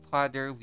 Father